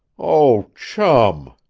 oh, chum!